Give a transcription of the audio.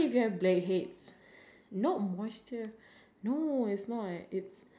I think you know when you have dried up pimple or dried up acne surface